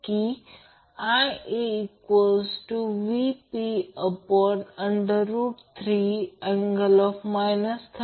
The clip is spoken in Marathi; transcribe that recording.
आणि फेज व्होल्टेज म्हणजे Vp म्हणजे ते मग्निट्यूड आहे मग्निट्यूड म्हणजे फेज व्होल्टेज आहे जे RMS मूल्य आहे